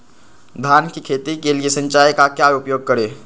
धान की खेती के लिए सिंचाई का क्या उपयोग करें?